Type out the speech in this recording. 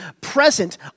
present